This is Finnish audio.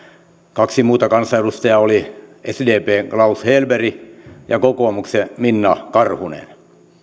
kaksi muuta kansanedustajaa olivat sdpn klaus hellberg ja kokoomuksen minna karhunen